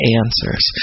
answers